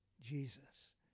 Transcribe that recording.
Jesus